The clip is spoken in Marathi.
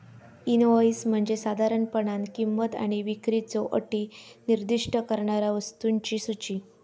इनव्हॉइस म्हणजे साधारणपणान किंमत आणि विक्रीच्यो अटी निर्दिष्ट करणारा वस्तूंची सूची